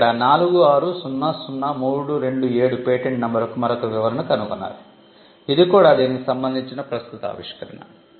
మీరు ఇక్కడ 4600327 పేటెంట్ నంబర్కు మరొక వివరణను కనుగొన్నారు ఇది కూడా దీనికి సంబంధించిన ప్రస్తుత ఆవిష్కరణ